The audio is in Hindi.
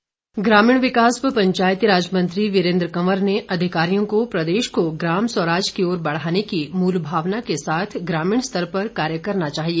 वीरेन्द्र कंवर ग्रामीण विकास व पंचायतीराज मंत्री वीरेन्द्र कंवर ने अधिकारियों को प्रदेश को ग्राम स्वराज की ओर बढ़ाने की मूल भावना के साथ ग्रामीण स्तर पर कार्य करना चाहिए